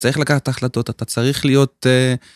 צריך לקחת החלטות, אתה צריך להיות...